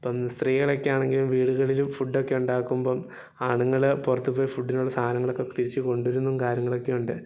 ഇപ്പം സ്ത്രീകളൊക്കെ ആണെങ്കിൽ വീടുകളിൽ ഫുഡൊക്കെ ഉണ്ടാക്കുമ്പോൾ ആണുങ്ങൾ പുറത്തു പോയി ഫുഡിനുള്ള സാധനങ്ങളൊക്കെ തിരിച്ചുകൊണ്ടു വരുന്ന കാര്യങ്ങളൊക്കെയുണ്ട്